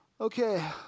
Okay